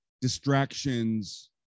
distractions